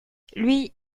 lui